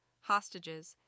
hostages